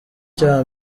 cya